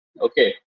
Okay